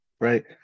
right